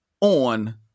on